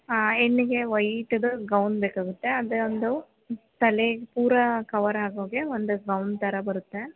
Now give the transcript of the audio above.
ಹೆಣ್ಣಿಗೆ ವೈಟುದು ಗೌನ್ ಬೇಕಾಗುತ್ತೆ ಅದೇ ಒಂದು ತಲೆಗೆ ಪೂರ ಕವರ್ ಆಗೋ ಹಾಗೆ ಒಂದು ಗೌನ್ ಥರ ಬರುತ್ತೆ